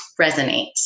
resonate